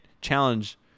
challenge